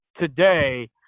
today